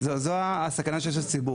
זאת הסכנה היחידה שיש לציבור.